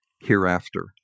hereafter